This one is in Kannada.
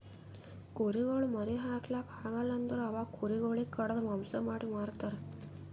ಕುರಿಗೊಳ್ ಮರಿ ಹಾಕ್ಲಾಕ್ ಆಗಲ್ ಅಂದುರ್ ಅವಾಗ ಕುರಿ ಗೊಳಿಗ್ ಕಡಿದು ಮಾಂಸ ಮಾಡಿ ಮಾರ್ತರ್